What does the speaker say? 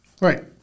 Right